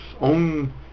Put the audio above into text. own